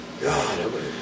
God